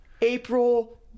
april